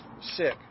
sick